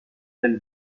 del